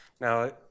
Now